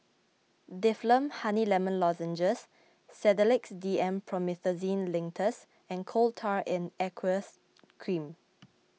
Difflam Honey Lemon Lozenges Sedilix D M Promethazine Linctus and Coal Tar in Aqueous Cream